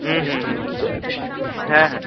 হুম হুম হুম হ্যাঁ হ্যাঁ